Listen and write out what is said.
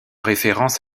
référence